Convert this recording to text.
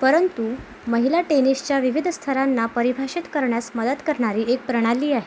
परंतु महिला टेनिसच्या विविध स्तरांना परिभाषित करण्यास मदत करणारी एक प्रणाली आहे